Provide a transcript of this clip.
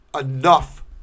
enough